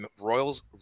royals